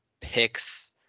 picks